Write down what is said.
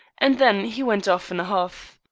and then he went off in a huff.